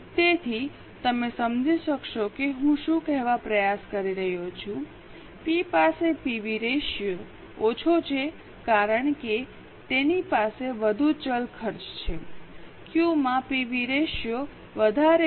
તેથી તમે સમજી શકશો કે હું શું કહેવાનો પ્રયાસ કરી રહ્યો છું પી પાસે પીવી રેશિયો ઓછો છે કારણ કે તેમની પાસે વધુ ચલ ખર્ચ છે ક્યૂ માં પીવી રેશિયો વધારે છે